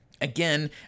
Again